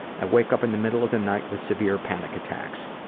i wake up in the middle of the night with severe panic attacks.